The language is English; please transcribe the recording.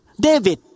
David